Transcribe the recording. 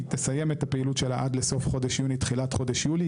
היא תסיים את הפעילות שלה עד לסוף חודש יוני או תחילת חודש יולי,